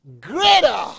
greater